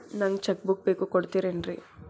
ನಂಗ cheque book ಬೇಕು ಕೊಡ್ತಿರೇನ್ರಿ?